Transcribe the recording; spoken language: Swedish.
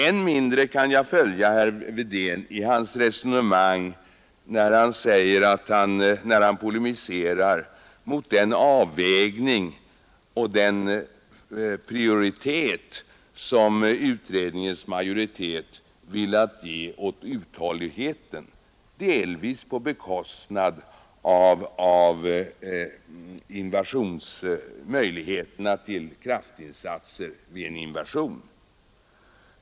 Än mindre kan jag följa herr Wedén i hans resonemang när han polemiserar mot den prioritet som utredningens majoritet velat ge uthålligheten, delvis på bekostnad av möjligheterna till kraftinsatser vid en invasion.